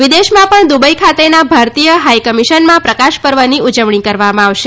વિદેશમાં પણ દુબઈ ખાતેના ભારતીય હાઇ કમિશનમાં પ્રકાશ પર્વની ઉજવણી કરવામાં આવશે